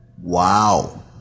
Wow